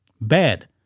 Bad